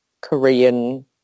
Korean